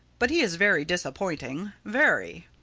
but he is very disappointing very.